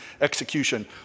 execution